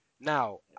Now